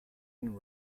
and